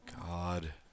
God